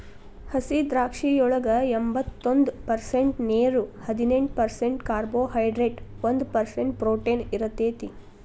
ಹಸಿದ್ರಾಕ್ಷಿಯೊಳಗ ಎಂಬತ್ತೊಂದ ಪರ್ಸೆಂಟ್ ನೇರು, ಹದಿನೆಂಟ್ ಪರ್ಸೆಂಟ್ ಕಾರ್ಬೋಹೈಡ್ರೇಟ್ ಒಂದ್ ಪರ್ಸೆಂಟ್ ಪ್ರೊಟೇನ್ ಇರತೇತಿ